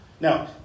Now